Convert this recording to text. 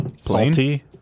salty